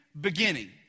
beginning